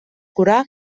curar